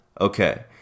Okay